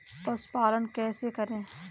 पशुपालन कैसे करें?